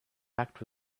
act